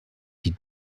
die